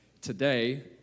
Today